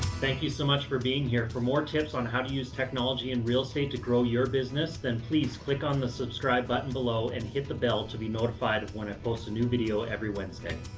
thank you so much for being here. for more tips on how to use technology in real estate to grow your business, then please click on the subscribe button below and hit the bell to be notified when i post a new video every wednesday.